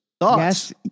Yes